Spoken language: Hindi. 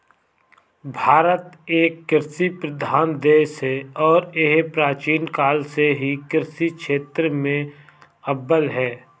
भारत एक कृषि प्रधान देश है और यह प्राचीन काल से ही कृषि क्षेत्र में अव्वल है